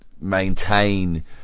maintain